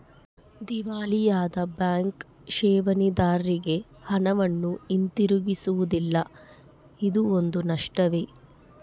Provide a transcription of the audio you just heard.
ದಿವಾಳಿಯಾದ ಬ್ಯಾಂಕ್ ಠೇವಣಿದಾರ್ರಿಗೆ ಹಣವನ್ನು ಹಿಂತಿರುಗಿಸುವುದಿಲ್ಲ ಇದೂ ಒಂದು ನಷ್ಟವೇ